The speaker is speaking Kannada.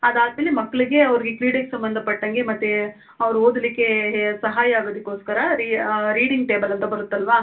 ಅದಾದಮೇಲೆ ಮಕ್ಕಳಿಗೆ ಅವರಿಗೆ ಕ್ರೀಡೆಗೆ ಸಬಂಧಪಟ್ಟಂಗೆ ಮತ್ತೇ ಅವ್ರು ಓದಲಿಕ್ಕೇ ಹೆ ಸಹಾಯ ಆಗೋದಿಕೋಸ್ಕರ ರೀ ರೀಡಿಂಗ್ ಟೇಬಲ್ ಅಂತ ಬರುತ್ತಲ್ಲವಾ